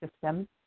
system